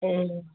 ए